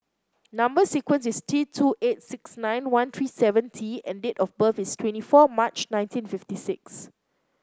number sequence is T two eight six nine one three seven T and date of birth is twenty four March nineteen fifty six